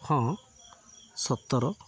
ହଁ ସତର